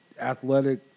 athletic